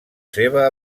seva